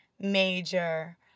Major